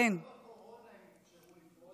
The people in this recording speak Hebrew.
גם בקורונה הם אפשרו לפרוס,